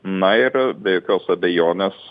na ir be jokios abejonės